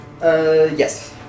yes